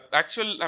actual